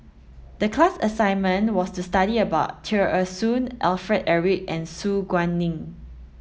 the class assignment was to study about Tear Ee Soon Alfred Eric and Su Guaning